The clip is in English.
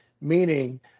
meaning